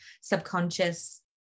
subconscious